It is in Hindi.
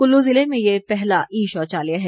कुल्लू जिले में ये पहला ई शौचालय है